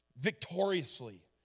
victoriously